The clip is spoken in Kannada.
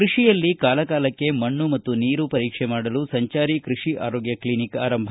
ಕೃಷಿಯಲ್ಲಿ ಕಾಲಕಾಲಕ್ಕೆ ಮಣ್ಣು ಮತ್ತು ನೀರು ಪರೀಕ್ಷೆ ಮಾಡಲು ಸಂಚಾರಿ ಕೃಷಿ ಆರೋಗ್ಯ ಕ್ಷಿನಿಕ್ ಆರಂಭ